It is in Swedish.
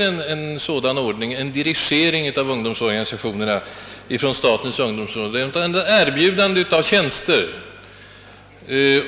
Statens ungdomsråd erbjuder i stället numera organisationerna vissa tjänster,